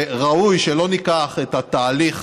ראוי שלא ניקח את התהליך